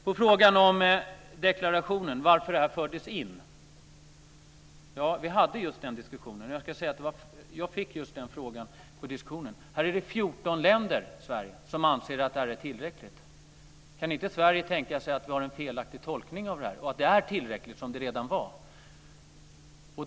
På frågan om varför detta fördes in i deklarationen vill jag svara att jag fick just den frågan vid diskussionen. Det är 14 länder som anser att det är tillräckligt. Kan inte Sverige tänka sig att vi har en felaktig tolkning och att det är tillräckligt som det redan var?